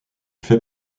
fait